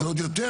זה עוד יותר.